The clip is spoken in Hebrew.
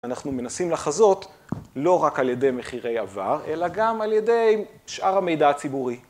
אנחנו מנסים לחזות לא רק על ידי מחירי עבר, אלא גם על ידי שאר המידע הציבורי.